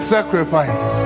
Sacrifice